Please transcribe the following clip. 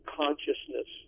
consciousness